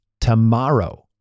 tomorrow